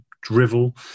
drivel